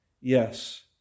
yes